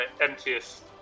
emptiest